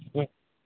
ಹ್ಞೂ